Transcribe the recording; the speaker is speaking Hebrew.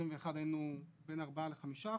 ב-2021 היינו בין ארבעה לחמישה אחוזים,